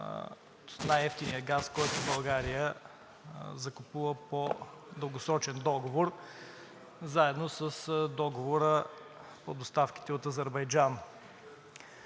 най-евтиният газ, който България закупува по дългосрочен договор, заедно с договора по доставките от Азербайджан.